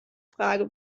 frage